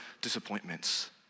disappointments